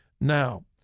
Now